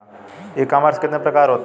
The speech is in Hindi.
ई कॉमर्स के कितने प्रकार होते हैं?